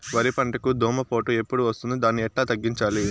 వరి పంటకు దోమపోటు ఎప్పుడు వస్తుంది దాన్ని ఎట్లా తగ్గించాలి?